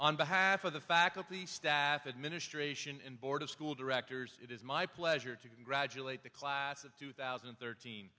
on behalf of the faculty staff administration and board of school directors it is my pleasure to congratulate the class of two thousand and thirteen